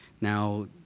now